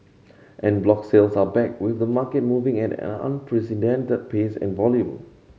an block sales are back with the market moving at an unprecedented pace and volume